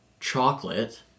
chocolate